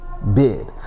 Bid